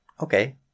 Okay